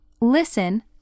Listen